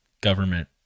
government